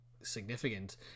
significant